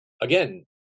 again